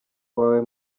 wawe